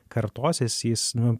kartosis jis nu